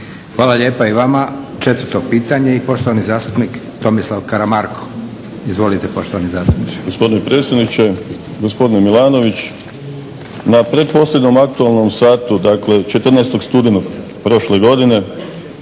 Hvala lijepa i vama. Četvrto pitanje i poštovani zastupnik Tomislav Karamarko. Izvolite poštovani zastupniče. **Karamarko, Tomislav (HDZ)** Gospodine predsjedniče, gospodine Milanović na pretposljednjem aktualnom satu, dakle 14. studenog prošle godine